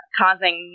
causing